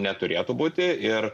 neturėtų būti ir